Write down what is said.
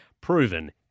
proven